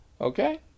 Okay